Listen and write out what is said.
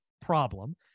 problem